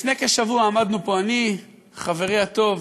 לפני כשבוע עמדנו פה, אני, חברי הטוב